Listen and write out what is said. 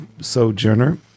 Sojourner